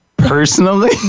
Personally